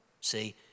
See